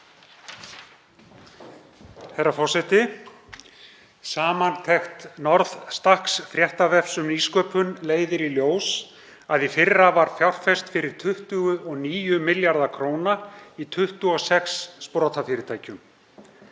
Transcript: Herra forseti. Samantekt Northstack, fréttavefs um nýsköpun, leiðir í ljós að í fyrra var fjárfest fyrir 29 milljarða kr. í 26 sprotafyrirtækjum.